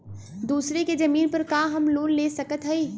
दूसरे के जमीन पर का हम लोन ले सकत हई?